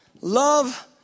Love